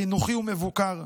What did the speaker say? חינוכי ומבוקר.